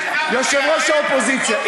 יושב-ראש האופוזיציה,